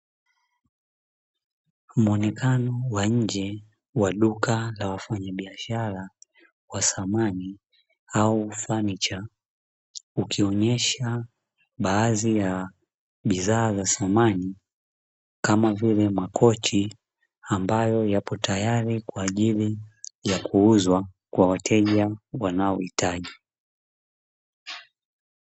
Muonekano wa nje wa duka la wafanyabiashara wa thamani au funicha, ukionyesha baadhi ya bidhaa za samani, kama vile makochi ambayo yapo tayari kwa ajili ya kuuzwa kwa wateja wanaohitaji.